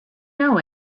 know